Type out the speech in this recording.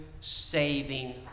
Saving